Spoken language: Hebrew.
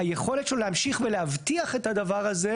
והיכולת שלו להמשיך ולהבטיח את הדבר הזה,